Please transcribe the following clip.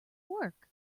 work